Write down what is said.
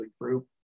Group